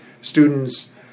Students